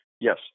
Yes